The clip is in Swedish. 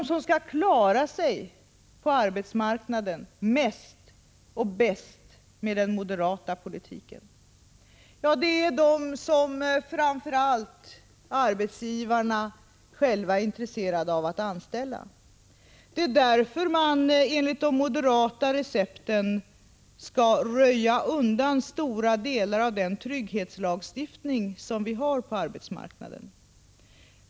De som skall klara sig på arbetsmarknaden mest och bäst med den moderata politiken är de som arbetsgivarna själva framför allt är intresserade av att anställa. Det är därför man enligt de moderata recepten skall röja undan stora delar av den trygghetslagstiftning som vi har på arbetsmarknaden.